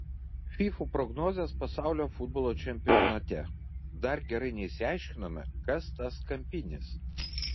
fyfų prognozės pasaulio futbolo čempionate dar gerai neišsiaiškinome kas tas kampinis